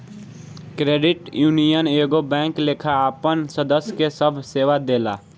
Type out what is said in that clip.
credit union एगो bank लेखा आपन सदस्य के सभ सेवा देला